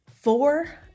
Four